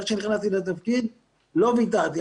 איך שנכנסתי לתפקיד, לא ויתרתי.